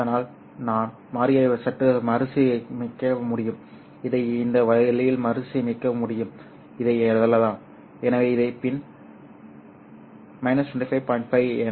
அதனால் நான் மாறியை சற்று மறுசீரமைக்க முடியும் இதை இந்த வழியில் மறுசீரமைக்க முடியும் இதை எழுதலாம் எனவே இதை பின் 25